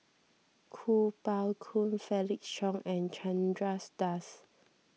Kuo Pao Kun Felix Cheong and Chandras Das